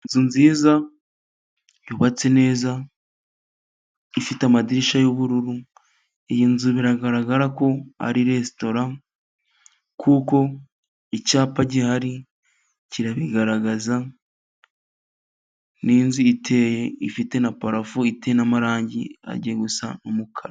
Inzu nziza yubatse neza ifite amadirishya y'ubururu, iyi nzu biragaragara ko ari resitora kuko icyapa gihari kirabigaragaza, n'inzu iteye ifite na parafu iteye n' amarangi ajya gusa n'umukara.